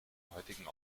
heutigen